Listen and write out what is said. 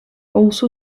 also